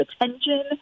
attention